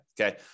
okay